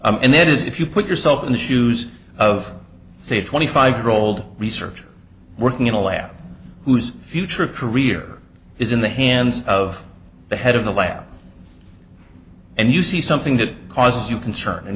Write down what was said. and that is if you put yourself in the shoes of say a twenty five year old researcher working in a lab whose future career is in the hands of the head of the lab and you see something that causes you concern and